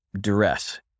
duress